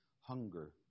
hunger